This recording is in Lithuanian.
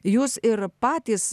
jūs ir patys